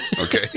Okay